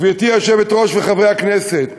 גברתי היושבת-ראש וחברי הכנסת: